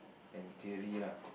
and theory lah